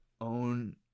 own